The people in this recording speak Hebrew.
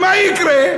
מה יקרה?